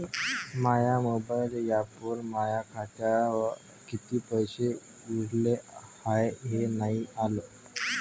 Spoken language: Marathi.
माया मोबाईल ॲपवर माया खात्यात किती पैसे उरले हाय हे नाही आलं